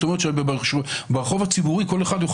זאת אומרת שברחוב הציבורי כל אחד יוכל